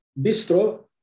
bistro